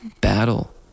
battle